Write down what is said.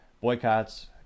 boycotts